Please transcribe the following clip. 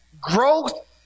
Growth